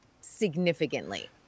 significantly